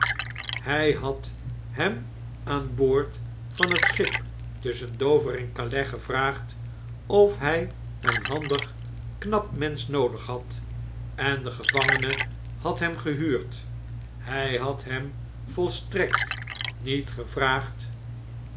hjj bad hem aan boord van het schip tusschen dover en kales gevraagd of hy een handig knap mensch noodig had en de gevangene had hem gehuurd hij had hem volstrekt niet gevraagd